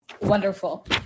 Wonderful